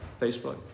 Facebook